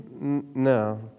No